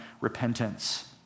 repentance